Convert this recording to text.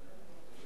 אחריו,